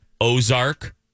Ozark